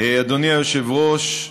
אדוני היושב-ראש,